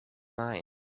mine